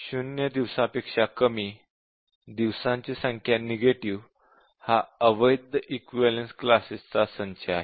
0 दिवसांपेक्षा कमी दिवसांची संख्या नेगेटिव्ह हा अवैध इक्विवलेन्स क्लासेस चा संच आहे